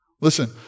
Listen